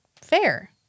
fair